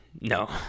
No